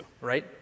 right